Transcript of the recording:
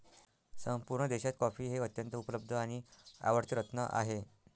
संपूर्ण देशात कॉफी हे अत्यंत उपलब्ध आणि आवडते रत्न आहे